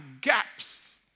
gaps